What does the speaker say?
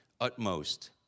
Utmost